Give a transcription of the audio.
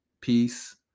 peace